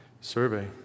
survey